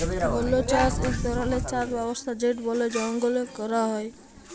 বল্য চাষ ইক ধরলের চাষ ব্যবস্থা যেট বলে জঙ্গলে ক্যরা হ্যয়